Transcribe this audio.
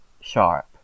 sharp